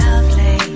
Lovely